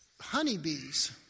honeybees